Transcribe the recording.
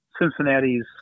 Cincinnati's